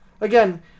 again